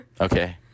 Okay